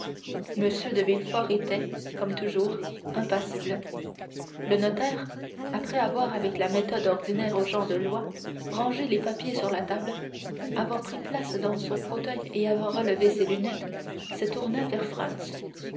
m de villefort était comme toujours impassible le notaire après avoir avec la méthode ordinaire aux gens de loi rangé les papiers sur la table avoir pris place dans son fauteuil et avoir relevé ses lunettes se tourna vers